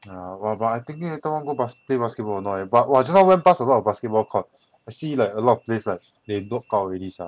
ah !wah! but I thinking later want go bas~ take basketball a not leh but !wah! just now went pass a lot of basketball court I see like a lot of place like they block out already sia